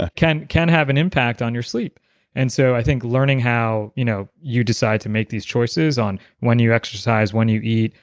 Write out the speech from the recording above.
ah can can have an impact on your sleep and so i think learning how you know you decide to make these choices on when you exercise, when you eat,